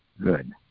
good